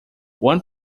one